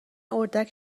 اردک